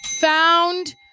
found